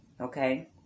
okay